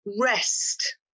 Rest